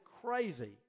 crazy